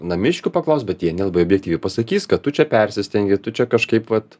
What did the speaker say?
namiškių paklaust bet jie nelabai objektyviai pasakys kad tu čia persistengi tu čia kažkaip vat